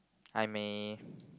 I may